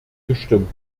gestimmt